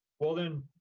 well, then